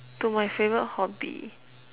to my favourite hobby